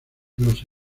los